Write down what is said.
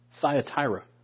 Thyatira